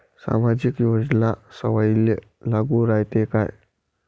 सामाजिक योजना सर्वाईले लागू रायते काय?